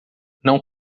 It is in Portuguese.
não